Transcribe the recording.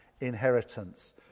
inheritance